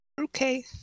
Okay